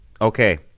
okay